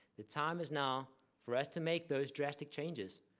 the time is now for us to make those drastic changes.